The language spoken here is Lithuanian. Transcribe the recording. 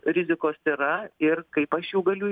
rizikos yra ir kaip aš jau galiu